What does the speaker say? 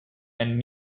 and